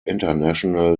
international